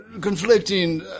conflicting